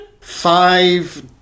Five